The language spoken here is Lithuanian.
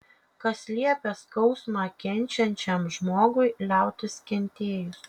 kas liepia skausmą kenčiančiam žmogui liautis kentėjus